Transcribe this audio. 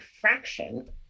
fraction